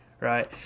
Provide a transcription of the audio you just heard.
Right